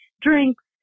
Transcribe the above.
drinks